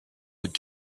would